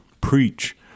preach